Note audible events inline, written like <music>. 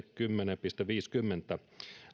<unintelligible> kymmenen viisikymmentä